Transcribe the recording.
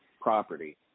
property